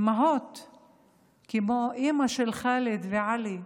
אימא כמו אימא של חאלד ועלי,